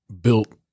built